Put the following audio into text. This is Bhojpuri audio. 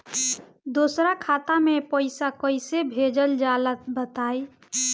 दोसरा खाता में पईसा कइसे भेजल जाला बताई?